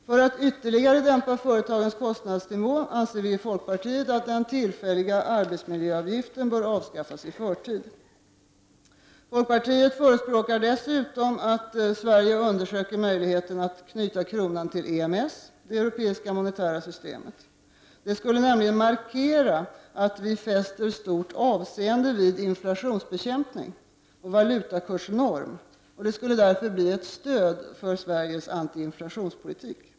För att ytterligare dämpa företagens kostnadsnivå anser vi i folkpartiet att den tillfälliga arbetsmiljöavgiften bör avskaffas i förtid. Folkpartiet förespråkar dessutom att Sverige undersöker möjligheten att knyta kronan till EMS, det europeiska monetära systemet. Det skulle markera att vi fäster stort avseende vid inflationsbekämpningen och valutakursnormen och skulle därför bli ett stöd för Sveriges anti-inflationspolitik.